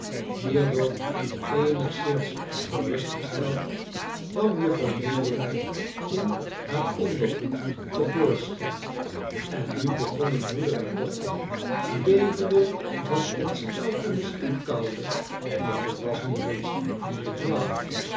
hierdoor eenigszins gerustgesteld kwam jufvrouw jiniwin in haar ondergoed te voorschijn en nu begonnen moeder en dochter bevende van ontsteltenis en koude want het was nu reeds diep in den nacht